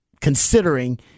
considering